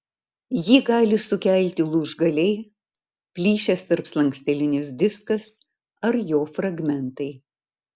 jį gali sukelti lūžgaliai plyšęs tarpslankstelinis diskas ar jo fragmentai